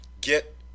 Get